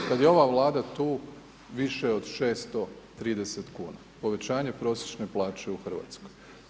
Od kad je ova Vlada tu, više od 630 kn, povećanje prosječne plaće u Hrvatskoj.